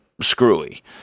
screwy